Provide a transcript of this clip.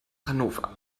hannover